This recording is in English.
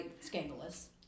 scandalous